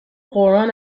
قرآن